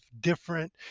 different